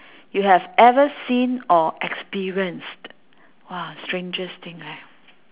you have ever seen or experienced !wah! strangest thing leh